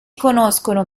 conoscono